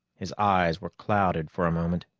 his eyes were clouded for a moment,